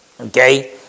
Okay